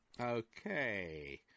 Okay